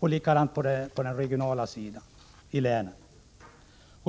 och likadant är det på den regionala sidan i länen.